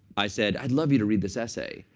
i said, i'd love you to read this essay.